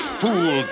fool